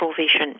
vision